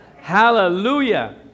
Hallelujah